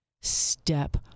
Step